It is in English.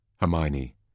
Hermione